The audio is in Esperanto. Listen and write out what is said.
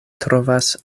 trovas